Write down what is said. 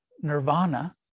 Nirvana